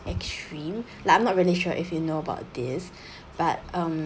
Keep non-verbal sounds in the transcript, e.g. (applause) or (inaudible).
extreme like I'm not really sure if you know about this (breath) but um